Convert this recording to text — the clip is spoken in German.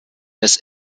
des